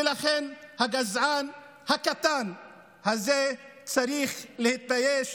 ולכן הגזען הקטן הזה צריך להתבייש.